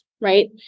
Right